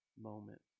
moment